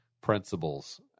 principles